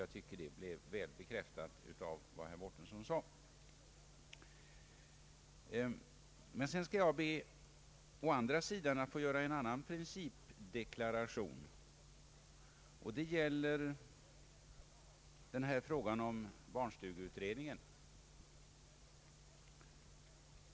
Jag tycker att detta har väl bekräftats av vad herr Mårtensson sade. Jag skall be att få göra en annan principdeklaration när det gäller barnstugeutredningen.